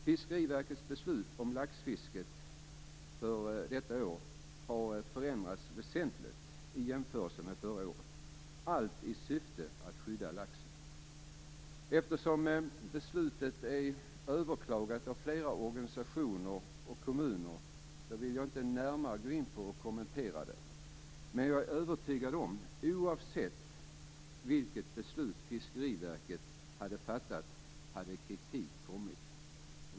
Fiskeriverkets beslut om laxfisket för detta år har förändrats väsentligt i jämförelse med förra året, allt i syfte att skydda laxen. Eftersom beslutet är överklagat av flera organisationer och kommuner, vill jag inte närmare gå in på och kommentera det. Men jag är övertygad om att oavsett vilket beslut Fiskeriverket hade fattat, hade kritik kommit.